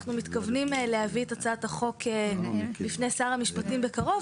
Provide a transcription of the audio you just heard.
אנחנו מתכוונים להביא את הצעת החוק בפני שר המשפטים בקרוב,